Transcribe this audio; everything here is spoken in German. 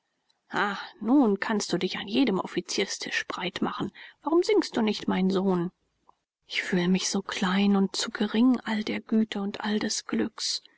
nun kannst du dich an jedem offizierstisch breit machen warum singst du nicht mein sohn ich fühle mich so klein und zu gering all der güte und all des glücks